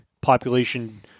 population